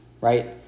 right